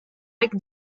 acte